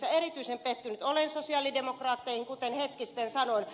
erityisen pettynyt olen sosialidemokraatteihin kuten hetki sitten sanoin